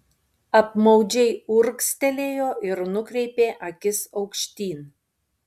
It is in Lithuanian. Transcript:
apmaudžiai urgztelėjo ir nukreipė akis aukštyn